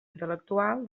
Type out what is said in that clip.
intel·lectual